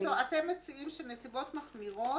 בקיצור, אתם מציעים ש"נסיבות מחמירות"